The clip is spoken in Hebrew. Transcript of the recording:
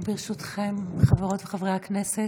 ברשותכם, חברות וחברי הכנסת,